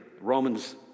Romans